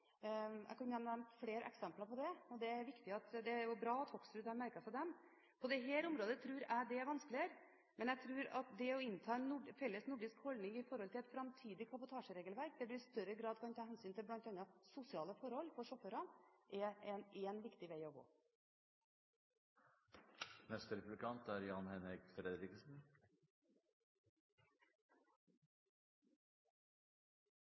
Jeg kunne nevnt flere eksempler på det, og det er jo bra at Hoksrud har merket seg dem. På dette området tror jeg det er vanskeligere, men jeg tror at det å innta en felles nordisk holdning til et framtidig kabotasjeregelverk der en i større grad kan ta hensyn til bl.a. sosiale forhold for sjåførene, er en viktig vei å gå. All kabotasjekjøring i Norge er